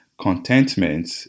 Contentment